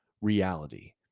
reality